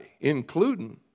including